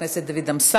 חבר הכנסת דוד אמסלם.